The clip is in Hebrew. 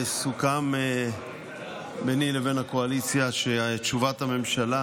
סוכם ביני לבין הקואליציה שתשובת הממשלה